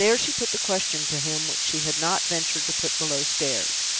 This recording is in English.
there she put the question to him which she had not ventured to put below stairs.